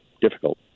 difficult